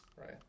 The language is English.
right